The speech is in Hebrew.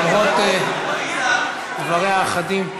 למרות דבריה החדים?